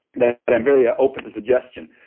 that but i'm very ah open to suggestion.